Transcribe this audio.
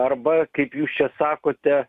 arba kaip jūs čia sakote